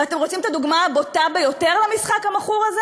ואתם רוצים את הדוגמה הבוטה ביותר למשחק המכור הזה?